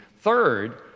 third